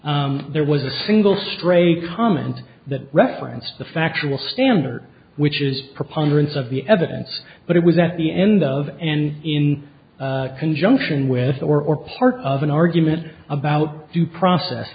warrant there was a single stray comment that referenced the factual standard which is proponents of the evidence but it was at the end of and in conjunction with or or part of an argument about due process